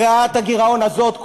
הגדלת הגירעון הזאת,